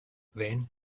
then